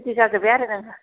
रेदि जाजोबाय आरो नोंहा